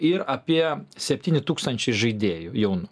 ir apie septyni tūkstančiai žaidėjų jaunų